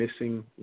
missing